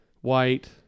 white